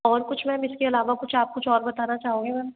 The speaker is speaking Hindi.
और कुछ मैम इसके इलावा कुछ आप कुछ और बताना चाहोंगे मैम